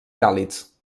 càlids